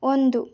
ಒಂದು